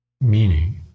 Meaning